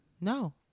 No